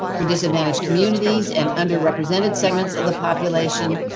disadvantage communities and underrepresented segments of the population.